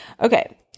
Okay